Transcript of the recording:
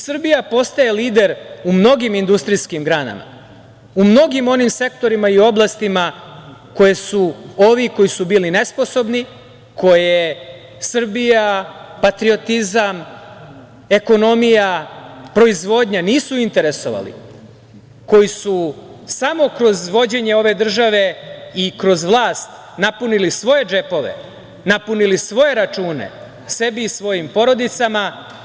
Srbija postaje lider u mnogim industrijskim granama, u mnogim onim sektorima i oblastima koje su ovi koji su bili nesposobni, koje Srbija, patriotizam, ekonomija, proizvodnja nisu interesovali, koji su samo kroz vođenje ove države i kroz vlast napunili svoje džepove, napunili svoje račune, sebi i svojim porodicama.